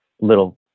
little